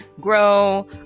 grow